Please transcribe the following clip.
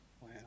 Wow